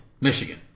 Michigan